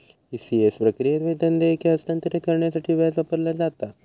ECS प्रक्रियेत, वेतन देयके हस्तांतरित करण्यासाठी व्याज वापरला जाता